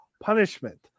punishment